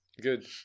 Good